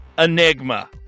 Enigma